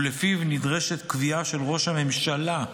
ולפיו נדרשת קביעה של ראש הממשלה,